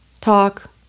talk